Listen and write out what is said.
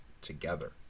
together